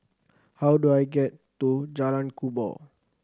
how do I get to Jalan Kubor